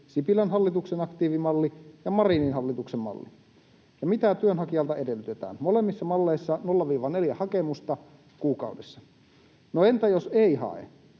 Sipilän hallituksen aktiivimalli ja Marinin hallituksen malli. Ja mitä työnhakijalta edellytetään? Molemmissa malleissa 0–4 hakemusta kuukaudessa. No, entä jos ei hae?